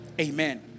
Amen